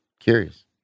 curious